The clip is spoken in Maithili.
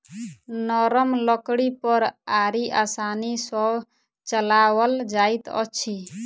नरम लकड़ी पर आरी आसानी सॅ चलाओल जाइत अछि